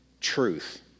truth